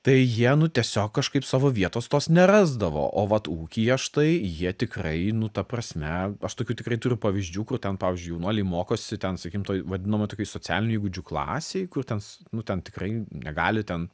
tai jie nu tiesiog kažkaip savo vietos tos nerasdavo o vat ūkyje štai jie tikrai nu ta prasme aš tokių tikrai turiu pavyzdžių kur ten pavyzdžiui jaunuoliai mokosi ten sakykim toj vadinamoj tokioj socialinių įgūdžių klasėj kur ten nu ten tikrai negali ten